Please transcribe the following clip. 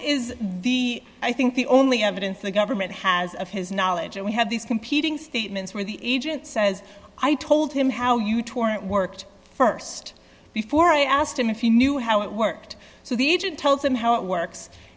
is the i think the only evidence the government has of his knowledge and we have these competing statements where the agent says i told him how you torrent worked st before i asked him if he knew how it worked so the agent tells him how it works